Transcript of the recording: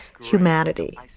humanity